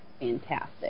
fantastic